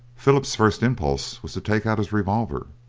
philip's first impulse was to take out his revolver,